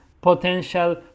potential